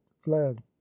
fled